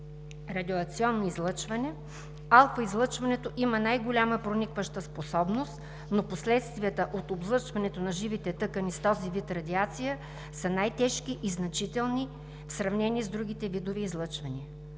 радиационно излъчване, алфа-излъчването има най-малка проникваща способност, но последствията от облъчването на живите тъкани с този вид радиация са най-тежки и значителни в сравнение с другите видове излъчвания.